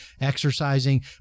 exercising